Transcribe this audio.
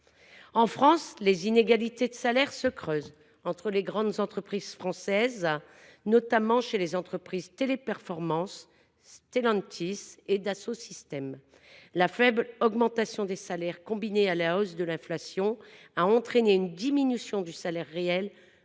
En France, les inégalités de salaire se creusent entre les grandes entreprises françaises, notamment dans les entreprises Teleperformance, Stellantis et Dassault Systèmes. La faible augmentation des salaires, combinée à la hausse de l’inflation, a entraîné une diminution du salaire réel